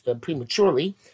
Prematurely